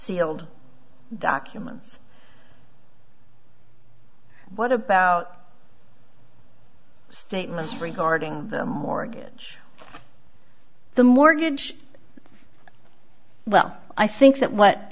sealed documents what about statements regarding mortgage the mortgage well i think that what